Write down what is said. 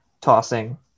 tossing